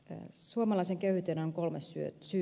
suomalaiseen köyhyyteen on kolme syytä